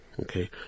Okay